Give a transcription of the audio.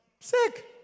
Sick